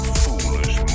foolish